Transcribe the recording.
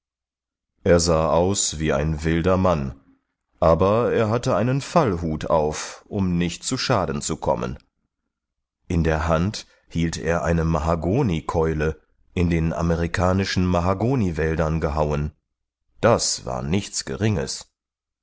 er sah aus wie ein wilder mann aber er hatte einen fallhut auf um nicht zu schaden zu kommen in der hand hielt er eine mahagonikeule in den amerikanischen mahagoniwäldern gehauen das war nichts geringes